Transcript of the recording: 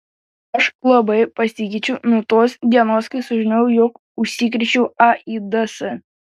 aš labai pasikeičiau nuo tos dienos kai sužinojau jog užsikrėčiau aids